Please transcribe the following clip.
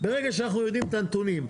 ברגע שאנחנו יודעים את הנתונים.